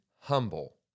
humble